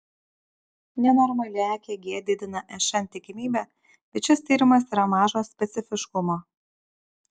nenormali ekg didina šn tikimybę bet šis tyrimas yra mažo specifiškumo